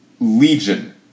Legion